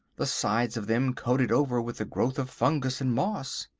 the sides of them coated over with a growth of fungus and moss!